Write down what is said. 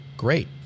great